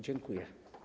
Dziękuję.